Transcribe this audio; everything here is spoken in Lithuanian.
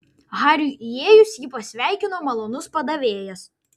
hariui įėjus jį pasveikino malonus padavėjas